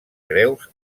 greus